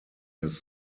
his